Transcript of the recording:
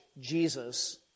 Jesus